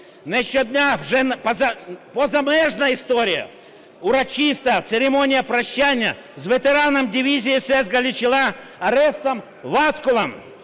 вже позамежна історія. Урочиста церемонія прощання з ветераном дивізії СС "Галичина" Орестом Васкулом.